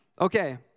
Okay